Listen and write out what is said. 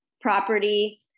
property